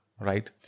right